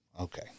Okay